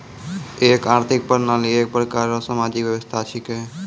एक आर्थिक प्रणाली एक प्रकार रो सामाजिक व्यवस्था छिकै